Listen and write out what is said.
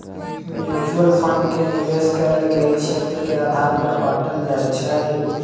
mutual fund के निवेश कएल गेल क्षेत्र के आधार पर बाटल जाइ छइ